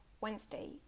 Wednesday